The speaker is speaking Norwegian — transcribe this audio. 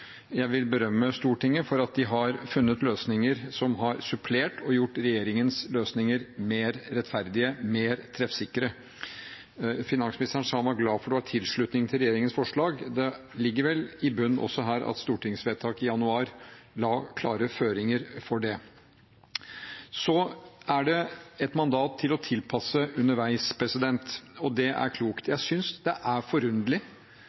Jeg vil berømme Stortinget for å ha funnet løsninger som har supplert og gjort regjeringens løsninger mer rettferdige, mer treffsikre. Finansministeren sa han var glad for at det var tilslutning til regjeringens forslag. Det ligger vel i bunnen også her at stortingsvedtaket i januar la klare føringer for det. Så er det et mandat til å tilpasse underveis, og det er klokt. Jeg synes det er forunderlig